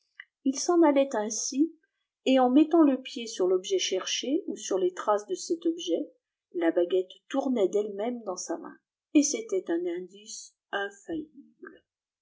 il s'en allait ainsi et en mettant le pied sur l'objet cherché ou sur les traces de cet objet la baguette tournait d'elle-même dans la main et c'était un indice infaillibïe